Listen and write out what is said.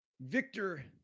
Victor